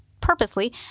purposely